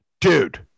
Dude